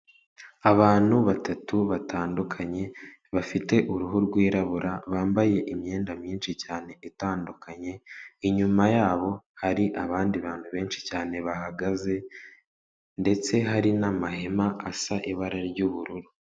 Abantu batatu batandukanye, bafite uruhu rwirabura, bambaye imyenda myinshi cyane itandukanye, inyuma yabo hari abandi bantu benshi cyane bahagaze ndetse hari n'amahema asa ibara ry'ubururu.